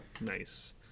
nice